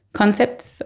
concepts